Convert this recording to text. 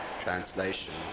Translation